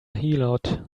heelot